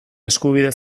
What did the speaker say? eskubide